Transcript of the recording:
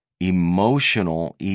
emotional